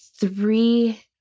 three